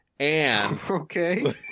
Okay